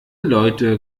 leute